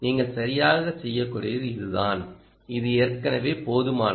நீங்கள் சரியாகச் செய்யக்கூடியது இதுதான் இது ஏற்கனவே போதுமானது